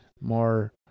more